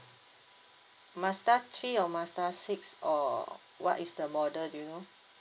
mazda three or mazda six or what is the model do you know